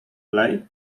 play